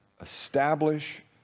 establish